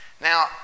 Now